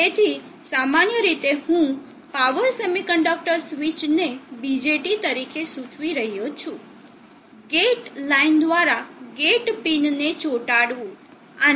તેથી સામાન્ય રીતે હું પાવર સેમીકન્ડક્ટર સ્વીચને BJT તરીકે સૂચવી રહ્યો છું ગેટ લાઇન દ્વારા ગેટ પિનને ચોંટાડવું આની જેમ